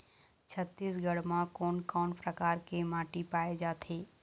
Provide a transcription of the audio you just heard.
छत्तीसगढ़ म कोन कौन प्रकार के माटी पाए जाथे?